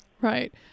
Right